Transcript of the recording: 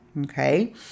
okay